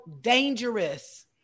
dangerous